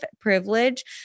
privilege